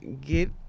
get